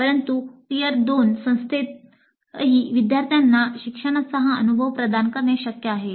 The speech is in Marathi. परंतु टियर 2 संस्थेतही विद्यार्थ्यांना शिक्षणाचा हा अनुभव प्रदान करणे शक्य आहे